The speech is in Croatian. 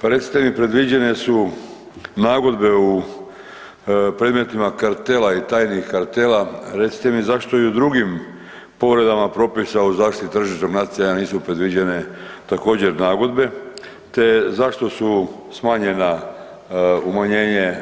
Pa recite mi predviđene su nagodbe u predmetima kartela i tajnih kartela, recite mi zašto i u drugim povredama Propisa o zaštiti tržišnog natjecanja nisu predviđene također nagodbe, te zašto su smanjenja, umanjenje